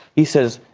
he says,